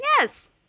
Yes